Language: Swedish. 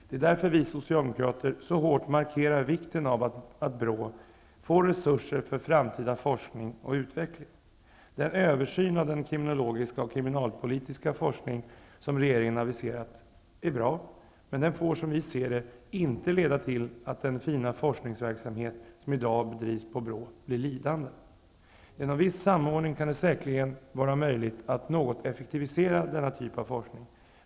Det är därför vi socialdemokrater så hårt markerar vikten av att BRÅ får resurser för framtida forskning och utveckling. Den översyn av den kriminologiska och kriminalpolitiska forskning som regeringen aviserat är bra, men den får som vi ser det inte leda till att den fina forskningsverksamhet som i dag bedrivs på BRÅ blir lidande. Genom viss samordning kan det säkerligen vara möjligt att något effektivisera denna typ av forskning.